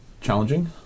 challenging